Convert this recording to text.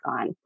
on